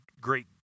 great